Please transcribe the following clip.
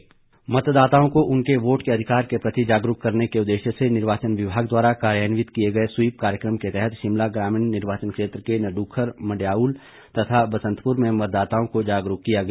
मतदाता जागरूकता मतदाताओं को उनके वोट के अधिकार के प्रति जागरूक करने उद्देश्य से निर्वाचन विभाग द्वारा कार्यान्वित किए गए स्वीप कार्यक्रम के तहत शिमला ग्रामीण निर्वाचन क्षेत्र के नड्खर मढयालू तथा बसंतपुर में मतदाताओं को जागरूक किया गया